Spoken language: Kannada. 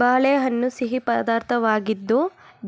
ಬಾಳೆಹಣ್ಣು ಸಿಹಿ ಪದಾರ್ಥವಾಗಿದ್ದು